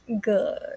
good